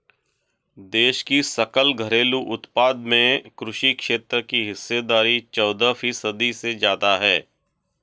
देश की सकल घरेलू उत्पाद में कृषि क्षेत्र की हिस्सेदारी चौदह फीसदी से ज्यादा है